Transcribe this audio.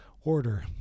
order